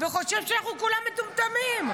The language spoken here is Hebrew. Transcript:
וחושב שאנחנו כולם מטומטמים.